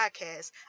podcast